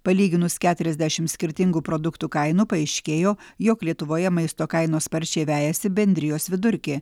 palyginus keturiasdešim skirtingų produktų kainų paaiškėjo jog lietuvoje maisto kainos sparčiai vejasi bendrijos vidurkį